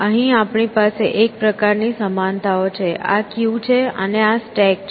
અહીં આપણી પાસે એક પ્રકારની સમાનતાઓ છે આ ક્યુ છે અને આ એક સ્ટેક છે